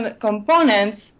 components